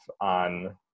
on